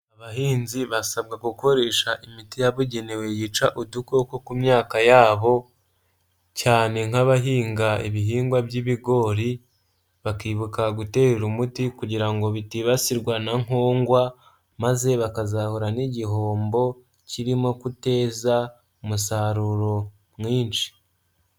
Abahinzi basabwa gukoresha imiti yabugenewe yica udukoko ku myaka yabo, cyane nk'abahinga ibihingwa by'ibigori, bakibuka gutera umuti, kugira ngo bitibasirwa na nkongwa, maze bakazahura n'igihombo, kirimo ku guteza umusaruro mwinshi.